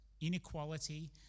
inequality